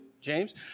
James